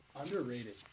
Underrated